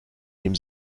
dem